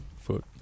foot